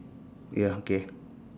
ya okay